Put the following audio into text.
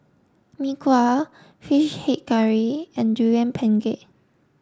Mee Kuah fish head curry and durian pengat